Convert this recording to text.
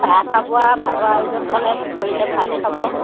চাহ খাব আৰু ভাতৰ আয়োজন ক'লে কৰিলে ভাত খাব